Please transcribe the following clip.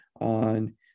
on